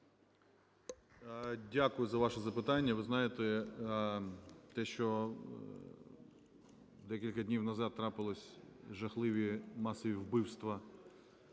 Дякую за ваше запитання. Ви знаєте те, що декілька днів назад трапилось: жахливі масові вбивства